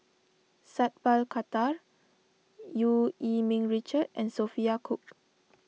Sat Pal Khattar Eu Yee Ming Richard and Sophia Cooke